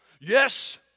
Yes